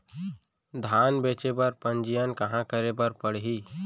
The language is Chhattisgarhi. धान बेचे बर पंजीयन कहाँ करे बर पड़ही?